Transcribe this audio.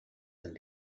and